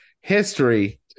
history